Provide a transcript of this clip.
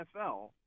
NFL